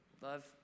Love